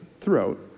throughout